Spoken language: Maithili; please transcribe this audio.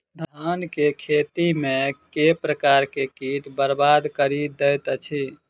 धान केँ खेती मे केँ प्रकार केँ कीट बरबाद कड़ी दैत अछि?